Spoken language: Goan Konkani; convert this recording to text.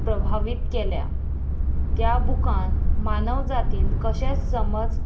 प्रभावीत केल्या त्या बुकान मानव जातीन कशेंच समज